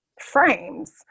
frames